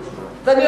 ואני